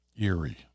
eerie